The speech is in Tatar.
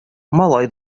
малай